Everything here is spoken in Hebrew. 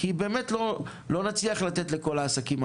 כי באמת לא נצליח לתת מענקים לכל העסקים,